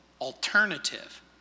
alternative